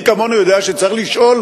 מי כמונו יודע שצריך לשאול: